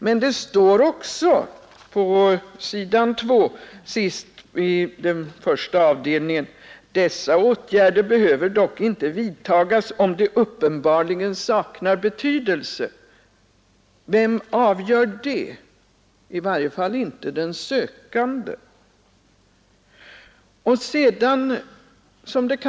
Men det står också på s. 2: ”Dessa åtgärder behöver dock inte vidtagas om de uppenbarligen saknar betydelse.” Vem avgör det? I varje fall inte den sökande!